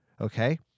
okay